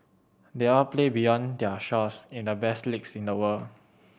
they all play beyond their shores in the best leagues in the world